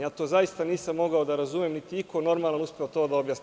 Ja to zaista nisam mogao da razumem, niti je iko normalan uspeo to da objasni.